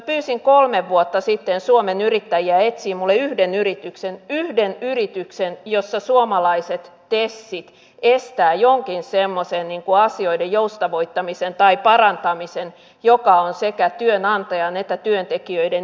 pyysin kolme vuotta sitten suomen yrittäjiä etsimään minulle yhden yrityksen jossa suomalaiset tesit estävät jonkin semmoisen niin kuin asioiden joustavoittamisen tai parantamisen joka on sekä työnantajan että työntekijöiden intressissä